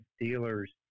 dealers